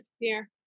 disappear